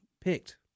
picked